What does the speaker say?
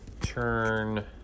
Turn